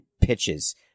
pitches